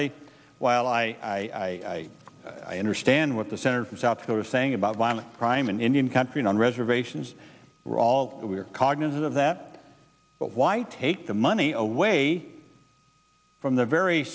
while i understand what the senator from south dakota saying about violent crime in indian country on reservations we're all we are cognizant of that but why take the money away from the very